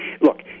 look